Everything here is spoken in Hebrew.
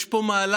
יש פה מהלך